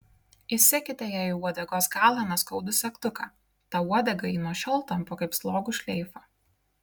įsekite jai į uodegos galą neskaudų segtuką tą uodegą ji nuo šiol tampo kaip slogų šleifą